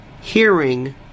hearing